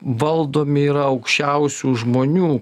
valdomi yra aukščiausių žmonių